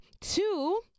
two